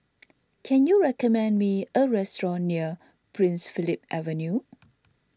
can you recommend me a restaurant near Prince Philip Avenue